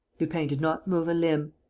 lupin did not move a limb.